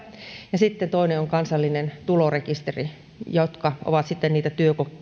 ja sitten toinen on kansallinen tulorekisteri nämä ovat sitten niitä